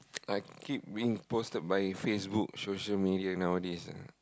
I keep being posted by Facebook social media nowadays ah